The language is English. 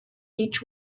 each